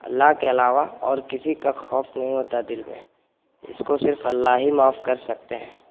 اللہ کے علاوہ اور کسی کا خوف نہیں ہوتا ہے دل میں اس کو صرف اللہ ہی معاف کر سکتے ہیں